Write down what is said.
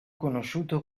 conosciuto